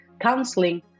counseling